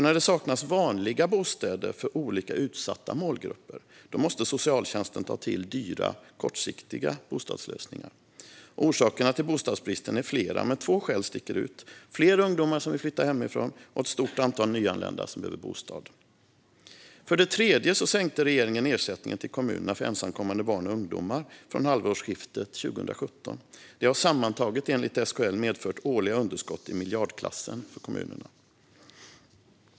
När det saknas vanliga bostäder för olika utsatta målgrupper måste nämligen socialtjänsten ta till dyra, kortsiktiga bostadslösningar. Orsakerna till bostadsbristen är flera, men två skäl sticker ut: Det är fler ungdomar som vill flytta hemifrån, och ett stort antal nyanlända behöver bostad. För det tredje sänkte regeringen ersättningen till kommunerna för ensamkommande barn och ungdomar från halvårsskiftet 2017. Enligt Sveriges Kommuner och Landsting har detta sammantaget medfört årliga underskott i miljardklassen för kommunerna.